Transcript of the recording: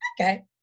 okay